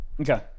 okay